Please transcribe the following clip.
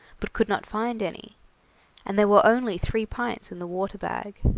but could not find any and there were only three pints in the water-bag.